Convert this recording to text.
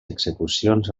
execucions